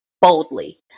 boldly